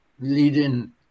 leading